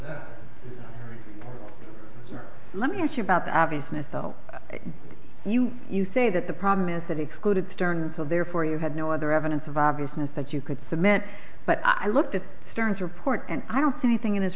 so let me ask you about the obviousness though you you say that the problem is that excluded started so therefore you had no other evidence of obviousness that you could submit but i looked at starr's report and i don't see anything in his